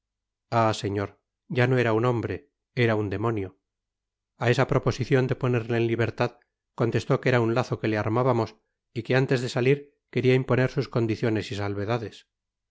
señor i ya no era un hombre era un demonio a esa proposicion de ponerle en libertad contestó que era nn lazo que le armábamos y qne antes de salir queria imponer sus condiciones y salvedades